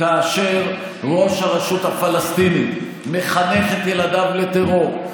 כאשר ראש הרשות הפלסטינית מחנך את ילדיו לטרור,